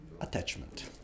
attachment